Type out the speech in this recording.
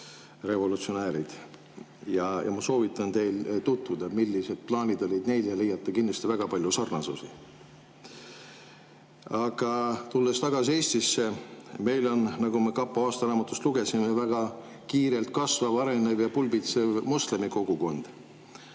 revolutsionäärid. Ma soovitan teil tutvuda, millised plaanid neil olid, leiate kindlasti väga palju sarnasusi. Aga tulles tagasi Eestisse, meil on, nagu me kapo aastaraamatust lugesime, väga kiirelt kasvav, arenev ja pulbitsev moslemi kogukond.